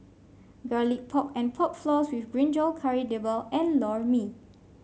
Garlic Pork and Pork Floss with brinjal Kari Debal and Lor Mee